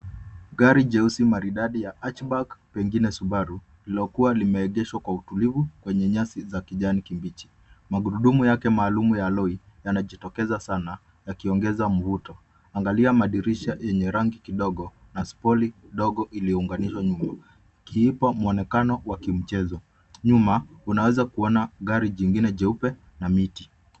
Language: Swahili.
Gari jeusi maridadi ya hatchback pengine Subaru lililokuwa limeegeshwa kwa utulivu kwenye nyasi za kijani kibichi. Magurudumu yake maalum ya aloi yanajitokeza sana yakiongeza mvuto. Angalia madirisha yenye rangi kidogo na spoli kidogo iliyounganishwa nyuma. Ipo mwonekano wa mchezo. Nyuma unaweza kuona gari jingine jeupe na miti.